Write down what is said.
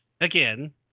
again